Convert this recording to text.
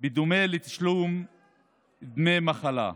בדומה לתשלום דמי מחלה.